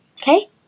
okay